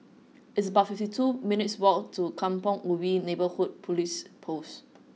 it's about fifty two minutes' walk to Kampong Ubi Neighbourhood Police Post